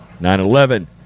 9-11